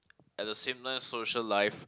at the same time social life